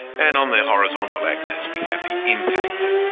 and on the horizontal axis, we have the impact.